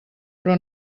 però